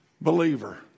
believer